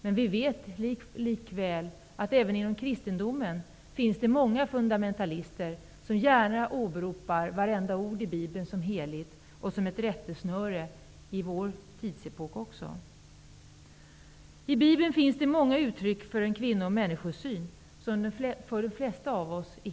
Men vi vet likväl att det även inom kristendomen finns många fundamentalister som gärna åberopar varenda ord i Bibeln som heligt och som ett rättesnöre även i vår tidsepok. I Biblen finns det många uttryck för en kvinno och människosyn som är helt främmande för de flesta av oss.